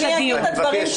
הכבוד?